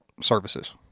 services